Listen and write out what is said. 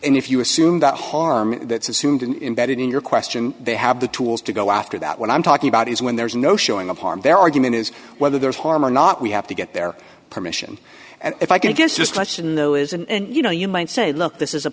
and if you assume that harm that's assumed in that it in your question they have the tools to go after that what i'm talking about is when there's no showing of harm their argument is whether there's harm or not we have to get their permission and if i can i guess just listen though is and you know you might say look this is a